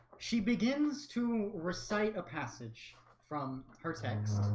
she begins to recite a passage from her text